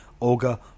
Olga